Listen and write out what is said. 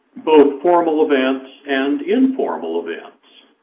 both formal events and informal events.